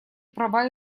права